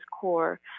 core